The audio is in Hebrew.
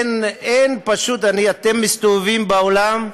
אין, פשוט, אתם מסתובבים בעולם,